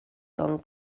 gone